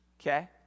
Okay